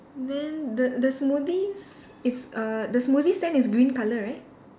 then the the smoothie's its uh the smoothie stand is green colour right